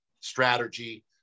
strategy